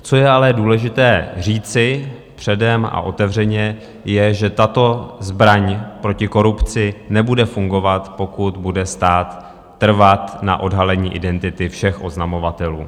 Co je ale důležité říci předem a otevřeně, že tato zbraň proti korupci nebude fungovat, pokud bude stát trvat na odhalení identity všech oznamovatelů.